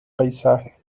paisaje